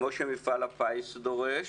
כפי שמפעל הפיס דורש,